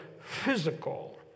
physical